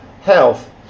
health